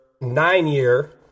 nine-year